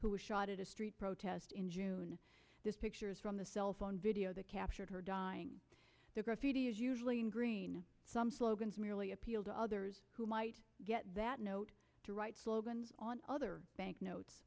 who was shot at a street protest in june this pictures from the cell phone video that captured her dying the graffiti is usually in green some slogans merely appeal to others who might get that note to write slogans on other banknotes